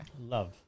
Love